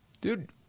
Dude